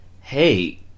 hey